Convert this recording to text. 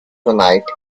tonight